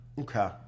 Okay